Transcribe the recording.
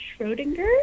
Schrodinger